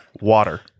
Water